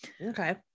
Okay